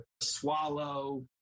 swallow